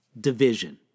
division